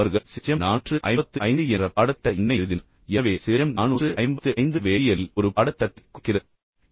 ஏனெனில் அவர்கள் சிஎச்எம் 455 என்ற பாடத்திட்ட எண்ணை எழுதினர் எனவே சிஎச்எம் 455 வேதியியலில் ஒரு பாடத்திட்டத்தைக் குறிக்கிறது